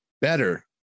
better